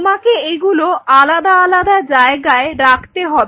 তোমাকে এগুলো আলাদা আলাদা জায়গায় রাখতে হবে